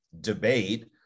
debate